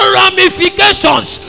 ramifications